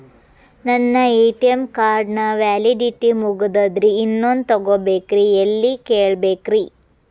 ನನ್ನ ATM card ನ validity ಮುಗದದ್ರಿ ಇನ್ನೊಂದು ತೊಗೊಬೇಕ್ರಿ ಎಲ್ಲಿ ಕೇಳಬೇಕ್ರಿ?